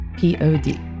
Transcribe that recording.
Pod